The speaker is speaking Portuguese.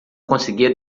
conseguia